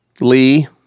Lee